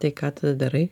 tai ką tada darai